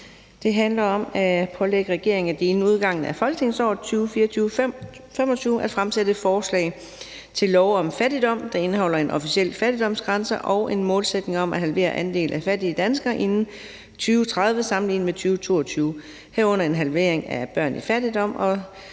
her handler om at pålægge regeringen inden udgangen af folketingsåret 2024-25 at fremsætte et forslag til lov om fattigdom, der indeholder en officiel fattigdomsgrænse og en målsætning om at halvere andelen af fattige danskere inden 2030 sammenlignet med 2022, herunder en halvering af børn i fattigdom, og skal medføre,